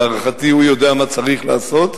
להערכתי הוא יודע מה צריך לעשות.